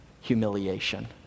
humiliation